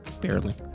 Barely